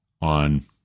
on